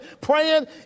praying